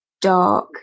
dark